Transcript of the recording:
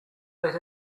let